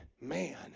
man